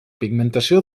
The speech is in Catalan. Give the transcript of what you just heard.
pigmentació